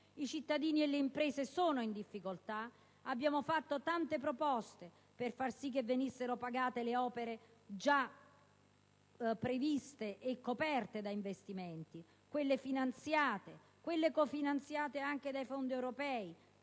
I cittadini e le imprese sono in difficoltà. Abbiamo fatto numerose proposte per far sì che venissero pagate le opere già previste e coperte da investimenti, quelle finanziate nonché quelle cofinanziate anche dai fondi europei.